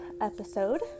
episode